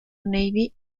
navy